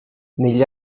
negli